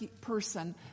person